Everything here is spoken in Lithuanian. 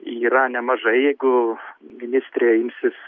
yra nemažai jeigu ministrė imsis